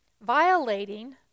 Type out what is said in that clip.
violating